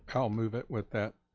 i'll move it with that.